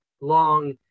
long